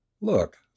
Look